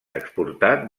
exportat